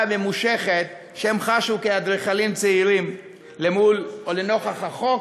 הממושכת שהם חשו כאדריכלים צעירים לנוכח החוק,